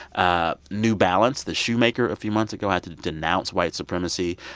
ah new balance, the shoemaker, a few months ago, had to denounce white supremacy.